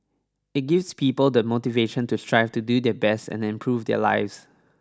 it gives people the motivation to strive to do their best and improve their lives